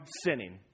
sinning